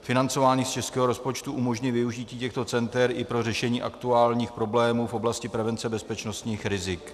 Financování z českého rozpočtu umožní využití těchto center i pro řešení aktuálních problémů v oblasti prevence bezpečnostních rizik.